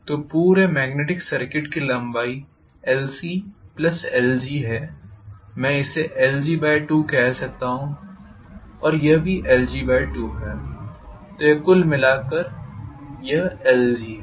तो पूरे magnetic circuit की लंबाई lclg है मैं इसे lg2 कह सकता हूं और यह भी lg2 है तो कुल मिलाकर यह lg है